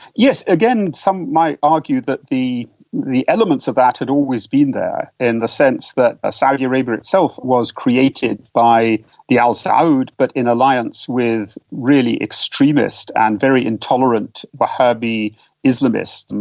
yes, again some might argue that the the elements of that had always been there, in the sense that ah saudi arabia itself was created by the al-saud but in alliance with really extremist and very intolerant wahhabi islamists, and